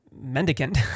mendicant